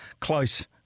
close